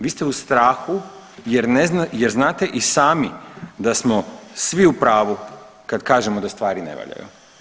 Vi ste u strahu jer znate i sami da smo svi u pravu kad kažemo da stvari ne valjaju.